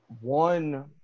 one